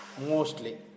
Mostly